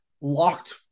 locked